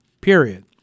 period